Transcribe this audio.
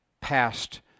past